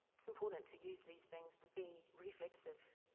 it's important to use these things to be reflexive.